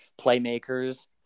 playmakers